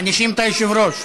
מענישים את היושב-ראש.